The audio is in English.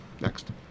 Next